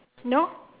no